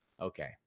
Okay